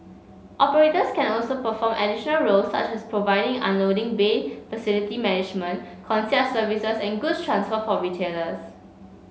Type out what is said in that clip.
operators can also perform additional roles such as providing unloading bay facility management concierge services and goods transfer for retailers